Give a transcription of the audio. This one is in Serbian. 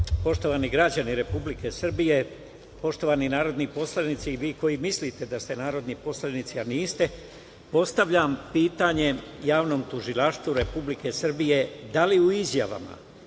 skupštine. Poštovani građani Republike Srbije, poštovani narodni poslanici, vi koji mislite da ste narodni poslanici, a niste, postavljam pitanje Javnom tužilaštvu Republike Srbije – da li u izjavama